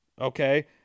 Okay